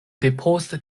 depost